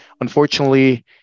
Unfortunately